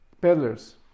peddlers